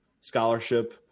scholarship